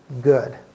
good